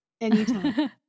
Anytime